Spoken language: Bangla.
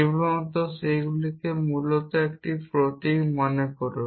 কেবলমাত্র সেগুলিকে মূলত একটি প্রতীক মনে করুন